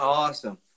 Awesome